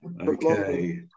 Okay